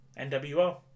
NWO